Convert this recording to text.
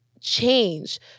change